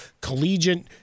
collegiate